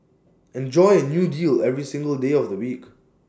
enjoy A new deal every single day of the week